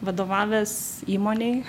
vadovavęs įmonei